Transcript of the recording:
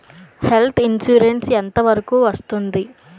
Health insurance ఎంత వరకు వస్తుంది?